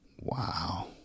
Wow